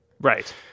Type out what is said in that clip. Right